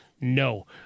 No